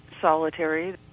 solitary